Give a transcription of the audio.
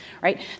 right